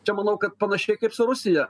čia manau kad panašiai kaip su rusija